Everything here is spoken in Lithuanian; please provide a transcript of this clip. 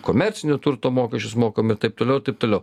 komercinio turto mokesčius mokam ir taip toliau ir taip toliau